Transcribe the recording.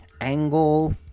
angle